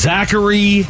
Zachary